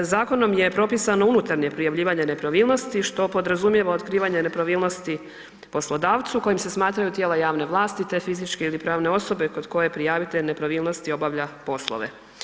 Zakonom je propisano unutarnje prijavljivanje nepravilnosti što podrazumijeva otkrivanje nepravilnosti poslodavcu kojim se smatraju tijela javne vlasti te fizičke ili pravne osobe kod koje prijavitelj nepravilnosti obavlja poslove.